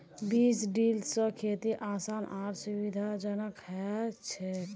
बीज ड्रिल स खेती आसान आर सुविधाजनक हैं जाछेक